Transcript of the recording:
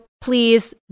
please